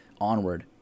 onward